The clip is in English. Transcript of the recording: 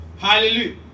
Hallelujah